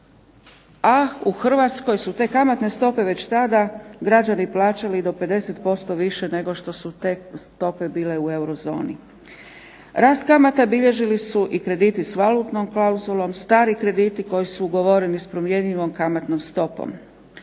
a u Hrvatskoj su te kamatne stope već tada građani plaćali do 50% više nego što su te stope bile u euro zoni. Rast kamata bilježili su i krediti s valutnom klauzulom, stari krediti koji su ugovoreni s promjenjivom kamatnom stopom.